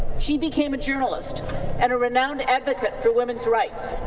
she became a journalist and a renowned advocate for women's rights.